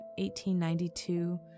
1892